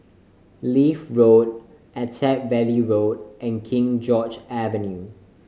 Leith Road Attap Valley Road and King George's Avenue